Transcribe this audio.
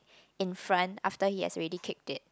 in front after he has already kicked it